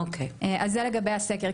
זה לגבי הסקר.